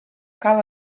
cal